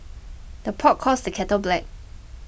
the pot calls the kettle black